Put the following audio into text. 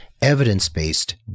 evidence-based